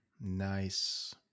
Nice